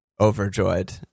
overjoyed